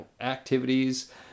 activities